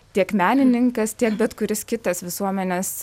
tiek menininkas tiek bet kuris kitas visuomenės